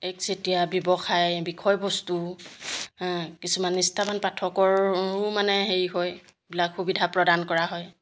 একচেটিয়া ব্যৱসায় বিষয়বস্তু কিছুমান নিষ্ঠাৱান পাঠকৰো মানে হেৰি হয় এইবিলাক সুবিধা প্ৰদান কৰা হয়